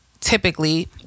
Typically